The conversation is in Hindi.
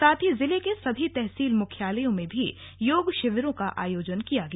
साथ ही जिले की सभी तहसील मुख्यालयों में भी योग शिविरों का आयोजन किया गया